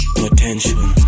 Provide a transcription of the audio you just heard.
potential